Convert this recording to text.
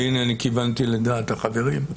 והינה אני כיוונתי לדעת החברים.